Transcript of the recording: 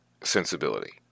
sensibility